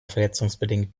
verletzungsbedingt